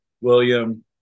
William